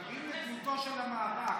מיקי, מיקי, לדמותו של המאבק.